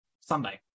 Sunday